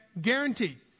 Guaranteed